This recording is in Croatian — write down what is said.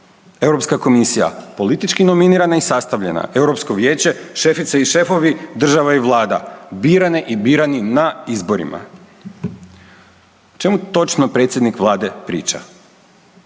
Europska komisija politički nominirana i sastavljena. Europsko vijeće, šefice i šefovi država i vlada, birane i birani na izborima. O čemu točno predsjednik Vlade priča?